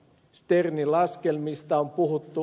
sternin laskelmista on puhuttu